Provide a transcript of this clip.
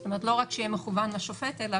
זאת אומרת לא רק שיהיה מכוון לשופט אלא